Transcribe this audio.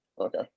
Okay